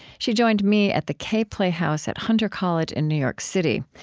she joined me at the kaye playhouse at hunter college in new york city.